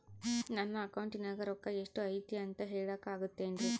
ನನ್ನ ಅಕೌಂಟಿನ್ಯಾಗ ರೊಕ್ಕ ಎಷ್ಟು ಐತಿ ಅಂತ ಹೇಳಕ ಆಗುತ್ತೆನ್ರಿ?